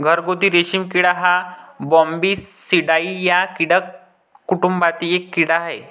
घरगुती रेशीम किडा हा बॉम्बीसिडाई या कीटक कुटुंबातील एक कीड़ा आहे